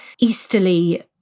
easterly